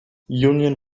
union